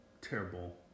terrible